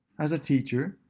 as a teacher,